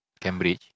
Cambridge